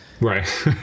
right